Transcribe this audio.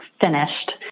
finished